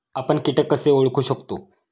आपण कीटक कसे ओळखू शकतो?